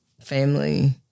family